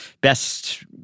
best